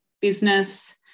business